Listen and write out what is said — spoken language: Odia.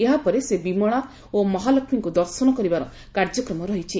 ଏହାପରେ ସେ ବିମଳା ଓ ମହାଲଷ୍ଷୀଙ୍କୁ ଦର୍ଶନ କରିବାର କାର୍ଯ୍ୟକ୍ରମ ରହିଛି